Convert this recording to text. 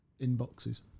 inboxes